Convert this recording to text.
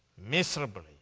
Miserably